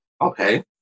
okay